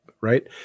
Right